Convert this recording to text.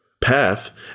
path